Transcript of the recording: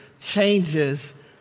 changes